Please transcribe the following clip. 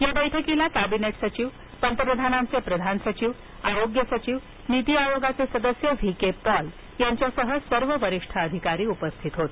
या बैठकीला कॅबिनेट सचिव पंतप्रधानांचे प्रधान सचिव आरोग्य सचिव नीती आयोगाचे सदस्य व्ही के पॉल यांच्यासह सर्व वरिष्ठ अधिकारी उपस्थित होते